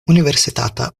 universitata